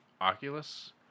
Oculus